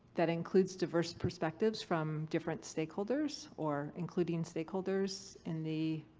that includes diverse perspectives from different stakeholders or including stakeholders in the